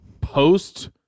post